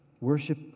Worship